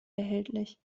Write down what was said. erhältlich